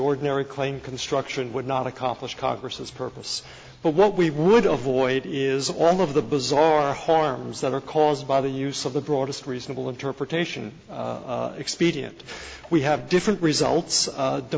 ordinary claimed construction would not accomplish congress's purpose but what we would avoid is all of the bizarre harms that are caused by the use of the broadest reasonable interpretation expedient we have different results